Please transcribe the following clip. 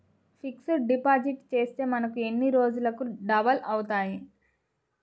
Fixed deposit చేస్తే మనకు ఎన్ని రోజులకు డబల్ అవుతాయి?